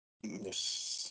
Yes